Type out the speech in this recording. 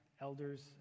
elders